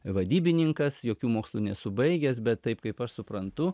vadybininkas jokių mokslų nesu baigęs bet taip kaip aš suprantu